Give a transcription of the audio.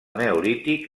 neolític